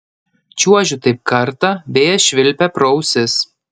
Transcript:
čiuožiu taip kartą vėjas švilpia pro ausis